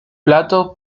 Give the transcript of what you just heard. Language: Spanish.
plato